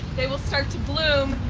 they will start to bloom,